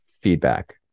feedback